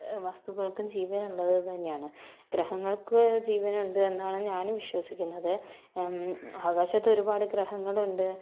വസ്തുക്കൾക്കും ജീവനുള്ളത് തന്നെയാണ് ഗ്രഹങ്ങൾക്ക് ജീവനുണ്ട് എന്നാണ് ഞാനും വിശ്വസിക്കുന്നത് ആകാശത്ത് ഒരുപാട് ഗ്രഹങ്ങളുണ്ട്